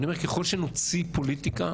ככל שנוציא פוליטיקה